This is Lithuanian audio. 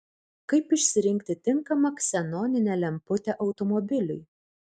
kaip išsirinkti tinkamą ksenoninę lemputę automobiliui